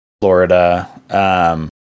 Florida